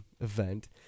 event